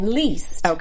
least